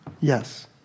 Yes